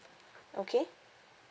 okay